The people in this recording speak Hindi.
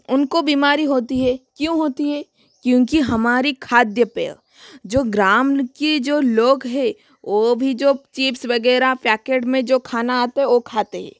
उनको बीमारी होती है क्यों होती है क्योंकि हमारी खाद्य पेय जो ग्राम की जो लोग है वो भी जो चिप्स वगैरह पैकेट में जो खाना आता है वो खाता है